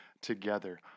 together